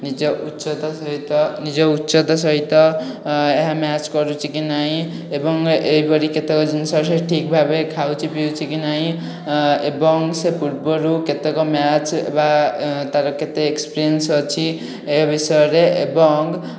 ନିଜ ଉଚ୍ଚତା ସହିତ ନିଜ ଉଚ୍ଚତା ସହିତ ଅଁ ମ୍ୟାଚ କରୁଛି କି ନାହିଁ ଏବଂ ଏପରି କେତେକ ଜିନିଷ ଭାବେ ଖାଉଛି ପିଉଛି କି ନାହିଁ ଏବଂ ସେ ପୂର୍ବରୁ କେତେକ ମ୍ୟାଚ ବା ତା'ର କେତେ ଏକ୍ସପିରିଏନ୍ସ ଅଛି ଏ ବିଷୟରେ ଏବଂ